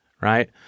right